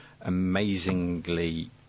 amazingly